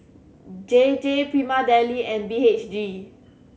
J J Prima Deli and B H G